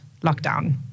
lockdown